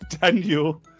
Daniel